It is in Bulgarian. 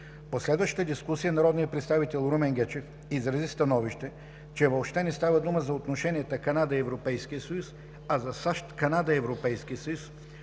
последвалата дискусия народният представител Румен Гечев изрази становище, че въобще не става дума за отношенията Канада –Европейски съюз, а за САЩ – Канада – Европейски съюз,